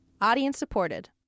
audience-supported